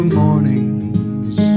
mornings